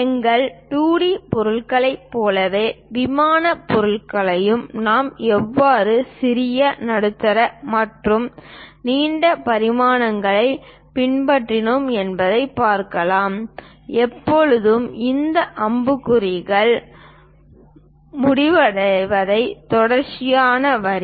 எங்கள் 2 டி பொருள்களைப் போலவே விமானப் பொருள்களையும் நாம் எவ்வாறு சிறிய நடுத்தர மற்றும் நீண்ட பரிமாணங்களைப் பின்பற்றினோம் என்பதைப் பார்க்கிறோம் எப்போதும் இந்த அம்புக்குறிகள் முடிவடையும் தொடர்ச்சியான வரி